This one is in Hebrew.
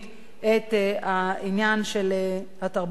של התרבות שלנו.